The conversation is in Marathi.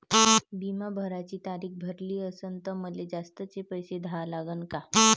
बिमा भराची तारीख भरली असनं त मले जास्तचे पैसे द्या लागन का?